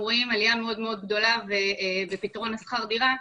רואים עליה מאוד גדולה בפתרון השכר דירה,